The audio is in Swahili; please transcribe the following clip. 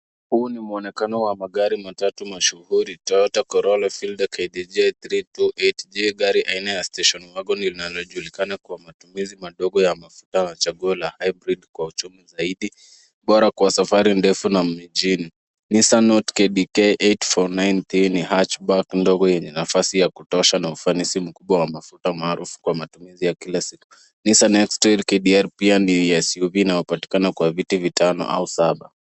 Huu ni mwonekano wa magari matatu mashuhuri toyota corolla fielder KDJ 328G gari aina ya station wagon linalojulikana kwa matumizi madogo ya mafuta na chaguo la hybrid kwa uchumi zaidi bora kwa safari ndefu na mijini. Nissan Note KDK 849T ni hatchback ndogo yenye nafasi ya kutosha na ufanisi mkubwa wa mafuta maarufu kwa matumizi ya kila siku . Nissan Xtrail KDR pia ni SUV inayopatikana kwa viti vitano au saba.